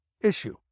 issue